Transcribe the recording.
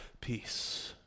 peace